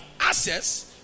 access